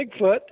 Bigfoot